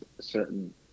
certain